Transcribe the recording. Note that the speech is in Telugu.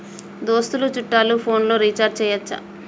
దోస్తులు చుట్టాలు ఫోన్లలో రీఛార్జి చేయచ్చా?